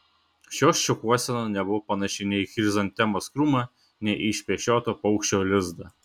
šios šukuosena nebuvo panaši nei į chrizantemos krūmą nei į išpešiotą paukščio lizdą